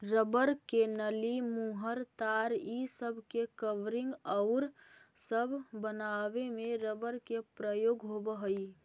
rubber के नली, मुहर, तार इ सब के कवरिंग औउर सब बनावे में रबर के प्रयोग होवऽ हई